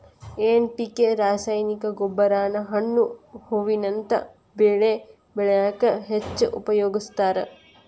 NPK ರಾಸಾಯನಿಕ ಗೊಬ್ಬರಾನ ಹಣ್ಣು ಹೂವಿನಂತ ಬೆಳಿ ಬೆಳ್ಯಾಕ ಹೆಚ್ಚ್ ಉಪಯೋಗಸ್ತಾರ